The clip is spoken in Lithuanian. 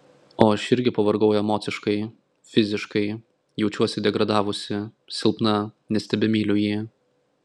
o aš irgi pavargau emociškai fiziškai jaučiuosi degradavusi silpna nes tebemyliu jį